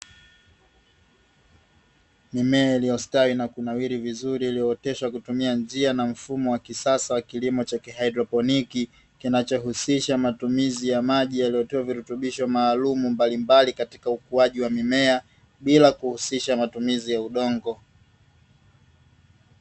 Mimea iliyostawi na kunawiri vizuri iliyooteshwa kwa kutumia njia na mfumo wa kisasa wa kilimo cha haidroponi, kinachohusisha matumizi ya maji yaliyotiwa virutubisho maalumu mbalimbali katika ukuaji wa mmea bila kuhusisha matumizi ya udongo.